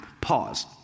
pause